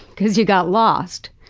because you got lost.